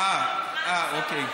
אוקיי.